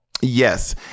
Yes